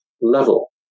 level